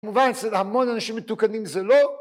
כמובן אצל המון אנשים מתוקנים, זה לא